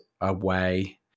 away